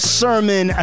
sermon